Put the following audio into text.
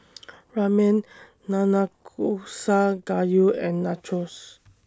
Ramen Nanakusa Gayu and Nachos